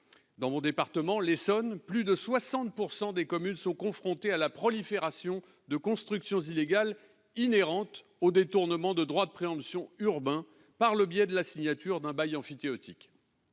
dans mon département, l'Essonne, plus de 60 pour 100 des communes sont confrontées à la prolifération de constructions illégales inhérentes au détournement de droit de préemption urbain par le biais de la signature d'un bail emphytéotique.